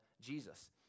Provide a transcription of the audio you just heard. jesus